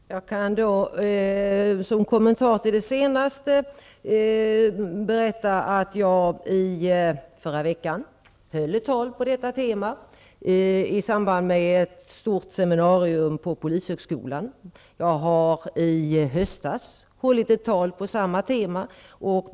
Fru talman! Jag kan då som kommentar till det senaste Elver Jonsson sade berätta att jag i förra veckan höll ett tal på detta tema i samband med ett stort seminarium på polishögskolan. Jag höll i höstas ett tal på samma tema.